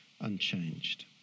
unchanged